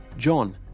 john,